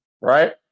right